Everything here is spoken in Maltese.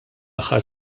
aħħar